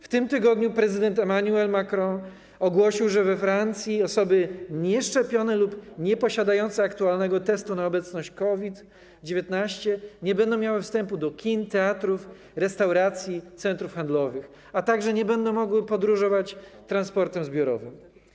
W tym tygodniu prezydent Emmanuel Macron ogłosił, że we Francji osoby nieszczepione lub nieposiadające aktualnego negatywnego testu na obecność COVID-19 nie będą miały wstępu do kin, teatrów, restauracji, centrów handlowych, a także nie będą mogły podróżować transportem zbiorowym.